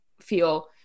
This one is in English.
feel